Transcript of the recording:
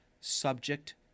subject